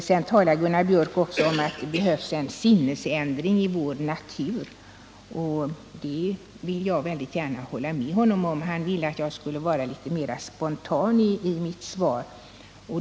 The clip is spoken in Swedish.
Sedan talar Gunnar Biörck också om att det behövs en sinnesändring i vår natur, och det vill jag väldigt gärna hålla med honom om. Han ville att jag skulle vara litet mer spontan i mitt svar.